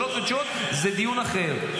שאלות ותשובות זה דיון אחר.